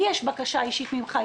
לי יש בקשה אישית ממך,